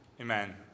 Amen